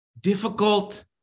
difficult